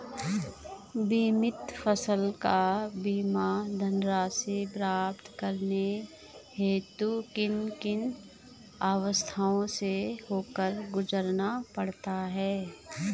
बीमित फसल का बीमा धनराशि प्राप्त करने हेतु किन किन अवस्थाओं से होकर गुजरना पड़ता है?